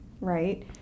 right